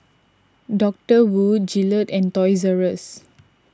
Doctor Wu Gillette and Toys Rus